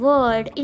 Word